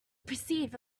perceive